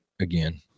again